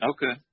Okay